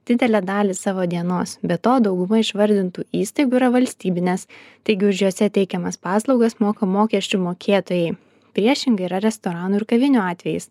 didelę dalį savo dienos be to dauguma išvardintų įstaigų yra valstybinės taigi už jose teikiamas paslaugas moka mokesčių mokėtojai priešingai yra restoranų ir kavinių atvejis